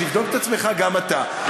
תבדוק את עצמך גם אתה.